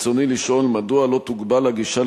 רצוני לשאול: מדוע לא תוגבל הגישה